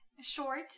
short